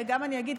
גם אגיד,